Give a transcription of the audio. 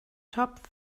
top